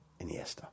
Iniesta